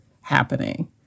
happening